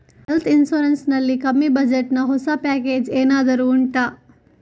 health insurance ನಲ್ಲಿ ಕಮ್ಮಿ budget ನ ಹೊಸ ಪ್ಯಾಕೇಜ್ ಏನಾದರೂ ಉಂಟಾ